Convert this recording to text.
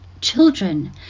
children